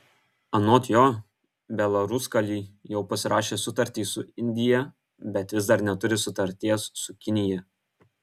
anot jo belaruskalij jau pasirašė sutartį su indija bet vis dar neturi sutarties su kinija